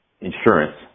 insurance